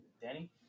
Danny